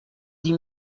dix